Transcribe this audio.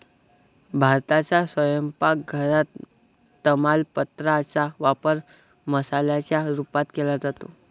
भारताच्या स्वयंपाक घरात तमालपत्रा चा वापर मसाल्याच्या रूपात केला जातो